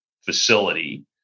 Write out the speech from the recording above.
facility